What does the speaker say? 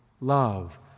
love